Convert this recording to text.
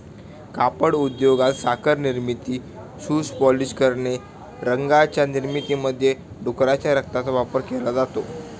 कापड उद्योगात, साखर निर्मिती, शूज पॉलिश करणे, रंगांच्या निर्मितीमध्ये डुकराच्या रक्ताचा वापर केला जातो